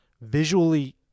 Visually